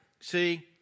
See